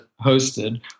hosted